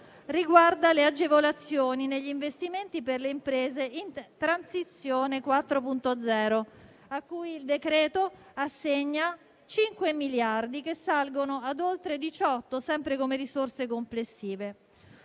riguarda le agevolazioni negli investimenti per le imprese (transizione 4.0), a cui il decreto-legge assegna 5 miliardi, che salgono a oltre 18 miliardi, sempre come risorse complessive.